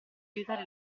aiutare